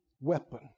weapon